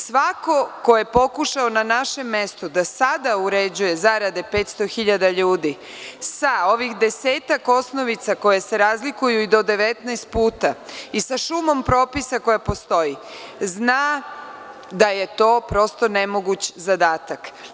Svako ko je pokušao na našem mestu da sada uređuje zarade 500.000 ljudi sa ovih desetak osnovica koje se razlikuju i do 19 puta i sa šumom propisa koja postoji, zna da je to prosto nemoguć zadatak.